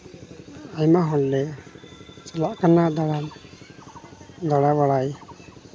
ᱟᱭᱢᱟ ᱦᱚᱲᱞᱮ ᱪᱟᱞᱟᱜ ᱠᱟᱱᱟ ᱫᱟᱬᱟᱱ ᱫᱟᱬᱟ ᱵᱟᱲᱟᱭ